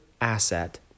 asset